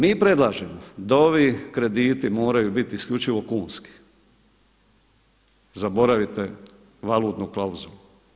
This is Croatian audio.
Mi predlažemo da ovi krediti moraju biti isključivo kunski, zaboravite valutnu klauzulu.